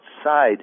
outside